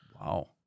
Wow